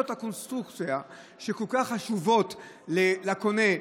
הקונסטרוקציה שכל כך חשובות לקונה,